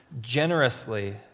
generously